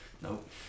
Nope